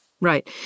Right